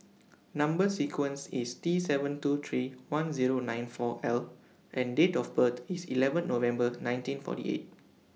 Number sequence IS T seven two three one Zero nine four L and Date of birth IS eleven November nineteen forty eight